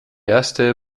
erste